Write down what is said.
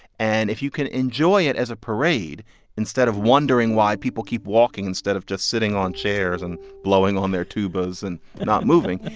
and if you can enjoy it as a parade instead of wondering why people keep walking instead of just sitting on chairs and blowing on their tubas and not moving,